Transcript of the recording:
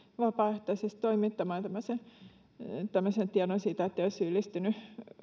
vapaaehtoisesti toimittamaan tämmöisen tiedon siitä että ei ole syyllistynyt